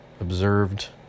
observed